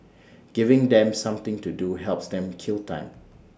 giving them something to do helps them kill time